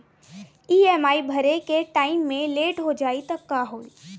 EMI भरे के time मे लेट हो जायी त का होई?